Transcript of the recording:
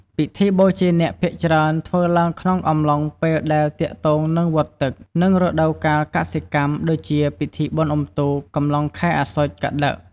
ពិធីបូជានាគភាគច្រើនធ្វើឡើងក្នុងអំឡុងពេលដែលទាក់ទងនឹងវដ្តទឹក និងរដូវកាលកសិកម្ម ដូចជា ពិធីបុណ្យអ៊ុំទូក កុំឡុងខែអសុ្សជ កត្តិក។